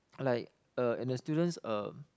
like uh and the student's uh